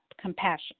compassion